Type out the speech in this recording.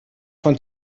von